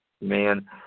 Man